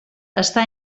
està